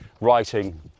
writing